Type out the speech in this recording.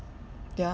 yeah